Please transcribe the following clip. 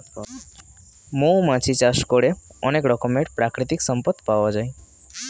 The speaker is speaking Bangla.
মৌমাছি চাষ করে অনেক রকমের প্রাকৃতিক সম্পদ পাওয়া যায়